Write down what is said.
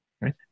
right